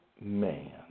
man